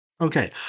Okay